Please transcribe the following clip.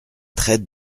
très